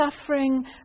suffering